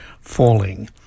falling